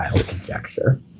conjecture